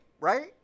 right